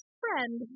friend